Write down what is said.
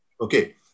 Okay